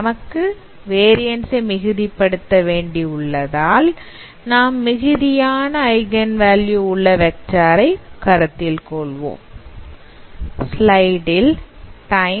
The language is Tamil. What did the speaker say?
நமக்கு வேரியன்ஸ் ஐ மிகுதி படுத்த வேண்டி உள்ளதால் நாம் மிகுதியான ஐகன் வேல்யூ உள்ள வெக்டார் ஐ கருத்தில் கொள்வோம்